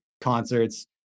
concerts